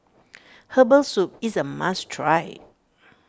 Herbal Soup is a must try